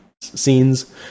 scenes